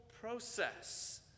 process